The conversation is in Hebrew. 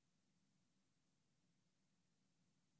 הייתי